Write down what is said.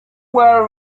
were